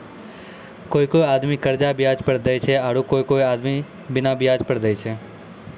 कोय कोय आदमी कर्जा बियाज पर देय छै आरू कोय कोय बिना बियाज पर देय छै